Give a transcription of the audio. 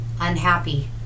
unhappy